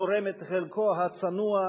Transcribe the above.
תורם את חלקו הצנוע,